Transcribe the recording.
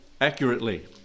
accurately